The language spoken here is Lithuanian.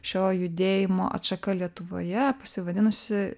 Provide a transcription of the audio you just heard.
šio judėjimo atšaka lietuvoje pasivadinusi